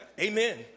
Amen